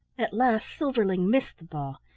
at last silverling missed the ball,